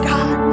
God